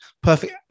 perfect